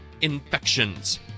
infections